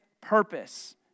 purpose